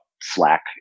Slack